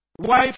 Wife